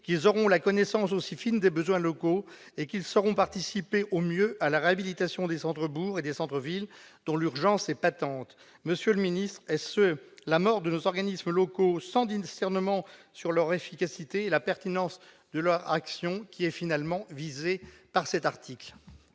qu'ils auront une connaissance aussi fine des besoins locaux et qu'ils sauront participer au mieux à la réhabilitation des centres-bourgs et des centres-villes, dont l'urgence est patente. Monsieur le ministre, est-ce la mort de nos organismes locaux sans discernement sur leur efficacité et la pertinence de leur action qui est ici visée ? La parole